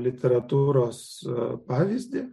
literatūros pavyzdį